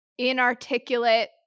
inarticulate